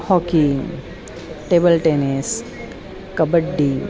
hockey table tennis kabaddi